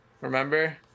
Remember